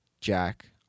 Jack